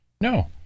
no